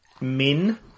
Min